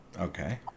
Okay